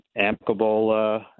amicable